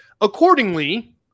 Accordingly